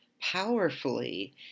powerfully